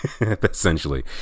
essentially